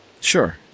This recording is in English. Sure